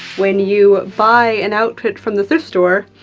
when you buy an outfit from the thrift store,